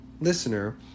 listener